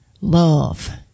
love